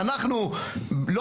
אנחנו לא